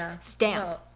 stamp